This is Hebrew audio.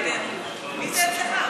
רגע, מי זה אצלך?